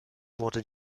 wurde